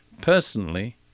personally